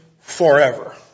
forever